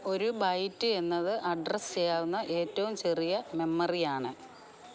ഒരു ബൈറ്റ് എന്നത് അഡ്രസ് ചെയ്യാവുന്ന ഏറ്റവും ചെറിയ മെമ്മറിയാണ്